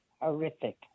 horrific